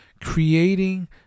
creating